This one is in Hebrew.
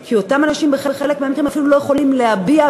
כי אותם אנשים בחלק מהמקרים אפילו לא יכולים להביע,